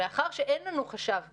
מאחר שאין לנו חשב בצה"ל,